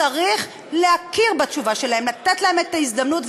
צריך להכיר בתשובה שלהם, לתת להם את ההזדמנות.